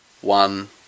one